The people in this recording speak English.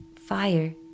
Fire